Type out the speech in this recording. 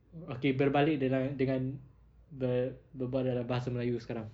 okay berbalik denga~ dengan ber~ berbual dalam bahasa melayu sekarang